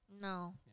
No